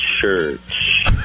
church